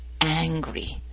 angry